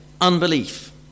unbelief